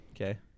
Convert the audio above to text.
Okay